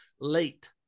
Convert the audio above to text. late